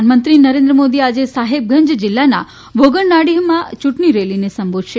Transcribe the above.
પ્રધાનમંત્રી નરેન્દ્ર મોદી આજે સાહેબગંજ જિલ્લાના ભોગનાડીહમાં ચૂંટણી રેલીને સંબોધશે